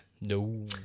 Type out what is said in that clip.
No